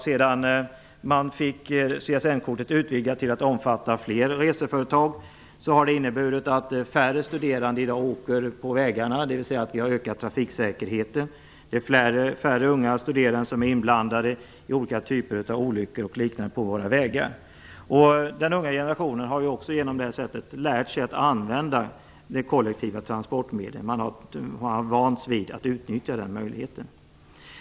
Sedan man fick CSN-kortet utvidgat till att omfatta fler reseföretag har det inneburit att färre studerande åker på vägarna i dag, dvs. vi har ökat trafiksäkerheten. Det är färre unga studerande som är inblandade i olyckor på våra vägar. Den unga generationen har också på det här sättet lärt sig att använda de kollektiva transportmedlen. Man har vant sig vid att utnyttja den möjligheten.